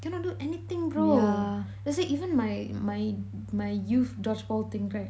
cannot do anything bro that's why even my my my youth dodgeball thing right